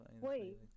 Wait